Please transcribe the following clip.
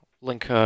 Link